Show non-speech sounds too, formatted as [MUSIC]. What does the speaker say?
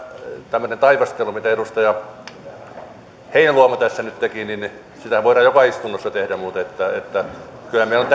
tämmöistä taivastelua mitä edustaja heinäluoma tässä nyt teki voidaan joka istunnossa tehdä mutta kyllä meidän on [UNINTELLIGIBLE]